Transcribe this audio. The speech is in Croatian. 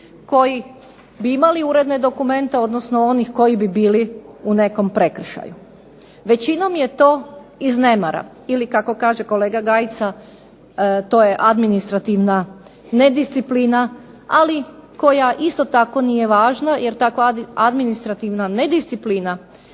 koji bi imali uredne dokumente, odnosno onih koji bi bili u nekom prekršaju. Većinom je to iz nemara ili kako kaže kolega Gajica to je administrativna nedisciplina. Ali koja isto tako nije važna, jer takva administrativna nedisciplina